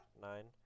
Nine